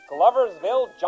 Gloversville